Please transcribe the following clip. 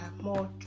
more